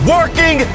Working